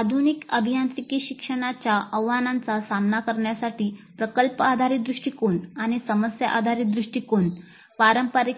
आधुनिक अभियांत्रिकी शिक्षणाच्या आव्हानांचा सामना करण्यासाठी प्रकल्प आधारित दृष्टीकोन आणि समस्या आधारित दृष्टीकोन पारंपारिक